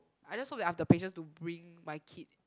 I just hope that I have the patience to bring my kid